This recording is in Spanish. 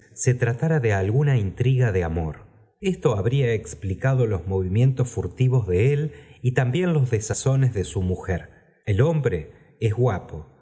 se tratara de alguna intriga de amor esto habria explicado los movimientos furtivos de él y también las des zones de su mujer el hombre es guapo